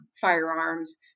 firearms